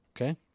Okay